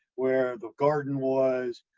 where the garden was,